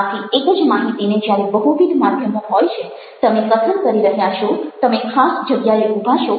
આથી એક જ માહિતીને જ્યારે બહુવિધ માધ્યમો હોય છે તમે કથન કરી રહ્યા છો તમે ખાસ જગ્યાએ ઊભા છો